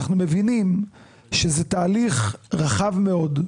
אנחנו מבינים שזה תהליך רחב מאוד,